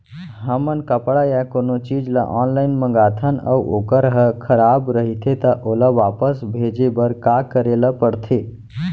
हमन कपड़ा या कोनो चीज ल ऑनलाइन मँगाथन अऊ वोकर ह खराब रहिये ता ओला वापस भेजे बर का करे ल पढ़थे?